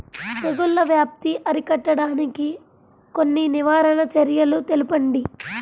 తెగుళ్ల వ్యాప్తి అరికట్టడానికి కొన్ని నివారణ చర్యలు తెలుపండి?